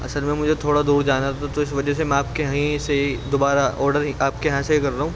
اصل میں مجھے تھوڑا دور جانا تھا تو اس وجہ سے میں آپ کے یہیں سے ہی دوبارہ آڈر آپ کے یہاں سے ہی کر رہا ہوں